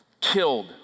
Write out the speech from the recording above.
killed